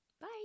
Bye